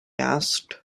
asked